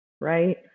right